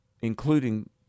including